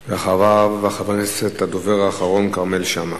אחריו, הדובר האחרון, חבר הכנסת כרמל שאמה.